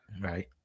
Right